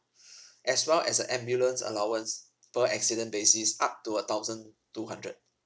as well as a ambulance allowance per accident basis up to a thousand two hundred